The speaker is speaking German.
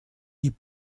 die